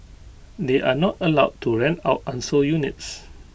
they are not allowed to rent out unsold units